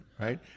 right